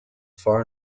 far